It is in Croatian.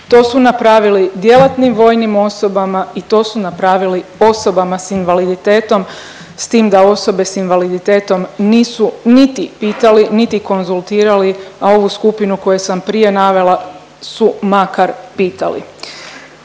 To su napravili djelatnim vojnim osobama i to su napravili osobama s invaliditetom s tim da osobe s invaliditetom nisu niti pitali, niti konzultirali, a ovu skupinu koju sam prije navela su makar pitali.